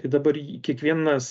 tai dabar kiekvienas